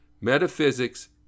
metaphysics